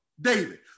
David